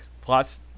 Plus